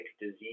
disease